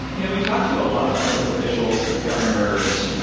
you know we talked to a lot of public officials, governors,